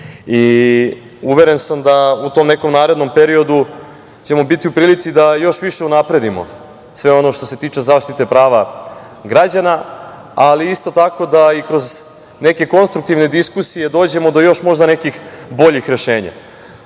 pričali. Uveren sam da u tom nekom narednom periodu ćemo biti u prilici da još više unapredimo sve ono što se tiče zaštite prava građana, ali isto tako da i kroz neke konstruktivne diskusije dođemo do još možda nekih boljih rešenja. Narodni